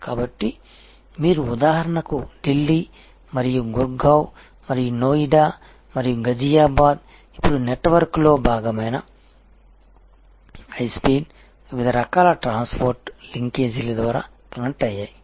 కాబట్టి మీరు ఉదాహరణకు ఢిల్లీ మరియు గుర్గావ్ మరియు నోయిడా మరియు ఘజియాబాద్ ఇప్పుడు నెట్వర్క్లో భాగమైన హై స్పీడ్ వివిధ రకాల ట్రాన్స్పోర్ట్ లింకేజీల ద్వారా కనెక్ట్ అయ్యాయి